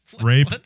rape